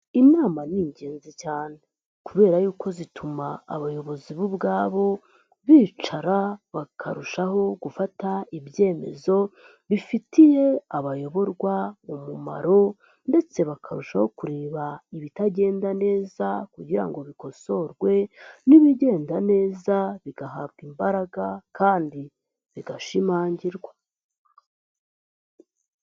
Inama ni ingenzi cyane kubera yuko zituma abayobozi bo ubwabo bicara bakarushaho gufata ibyemezo bifitiye abayoborwa umumaro ndetse bakarushaho kureba ibitagenda neza kugira ngo bikosorwe n'ibigenda neza bigahabwa imbaraga kandi zigashimangirwa.